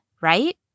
right